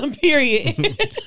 Period